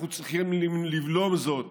אנחנו צריכים לבלום זאת